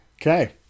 Okay